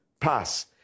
pass